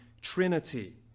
trinity